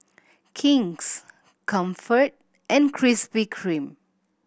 King's Comfort and Krispy Kreme